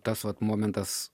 tas vat momentas